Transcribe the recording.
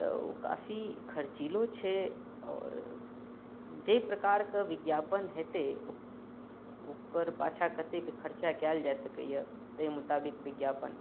तऽ ओ काफी खर्चिलो छै आओर जाहि प्रकार कऽ विज्ञापन होयतै ओकर पाछाँ कतेक खर्चा कयल जाए सकैया ताहि मुताबिक विज्ञापन